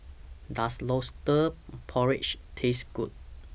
Does Lobster Porridge Taste Good